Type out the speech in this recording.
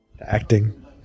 acting